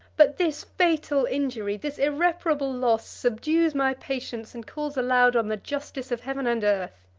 but this fatal injury, this irreparable loss, subdues my patience, and calls aloud on the justice of heaven and earth.